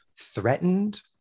threatened